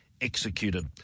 executed